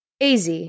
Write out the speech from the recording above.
AZ